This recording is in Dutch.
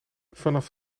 vanaf